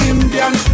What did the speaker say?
Indian